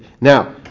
Now